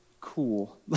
cool